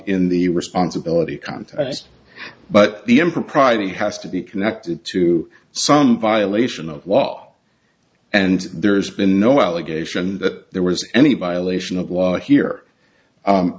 in the responsibility context but the impropriety has to be connected to some violation of law and there's been no allegation that there was any violation of law here